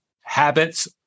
habits